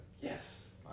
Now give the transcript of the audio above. Yes